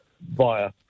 via